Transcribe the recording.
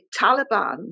Taliban